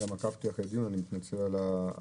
עקבתי אחרי הדיון ואני מתנצל על האיחור,